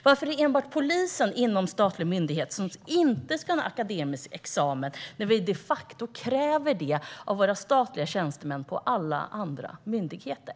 Varför är det enbart polisen som statlig myndighet som inte ska ha akademisk examen när vi de facto kräver det av statliga tjänstemän på alla andra myndigheter?